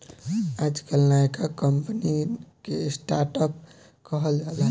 आजकल नयका कंपनिअन के स्टर्ट अप कहल जाला